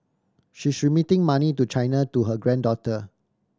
she remitting money to China to her granddaughter